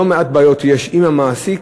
לא מעט בעיות יש עם המעסיק,